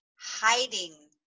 hiding